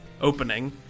opening